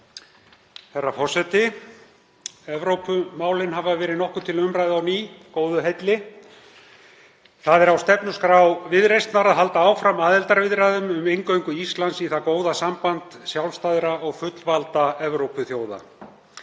Herra forseti. Evrópumálin hafa verið nokkuð til umræðu á ný, góðu heilli. Það er á stefnuskrá Viðreisnar að halda áfram aðildarviðræðum um inngöngu Íslands í það góða samband sjálfstæðra og fullvalda Evrópuþjóða.